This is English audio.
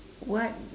what